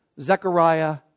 Zechariah